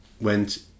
went